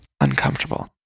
uncomfortable